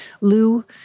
Lou